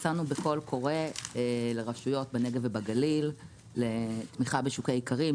יצאנו בקול קורא לרשויות בנגב ובגליל לתמיכה בשוקי איכרים,